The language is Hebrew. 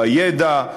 בידע,